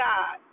God